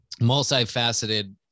multifaceted